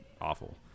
awful